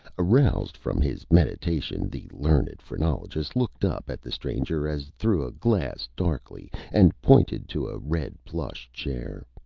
aroused from his meditation, the learned phrenologist looked up at the stranger as through a glass, darkly, and pointed to a red plush chair.